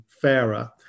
fairer